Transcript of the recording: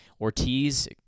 Ortiz